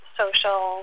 social